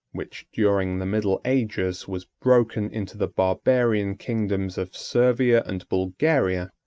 which, during the middle ages, was broken into the barbarian kingdoms of servia and bulgaria,